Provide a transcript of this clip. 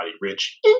Rich